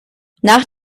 nach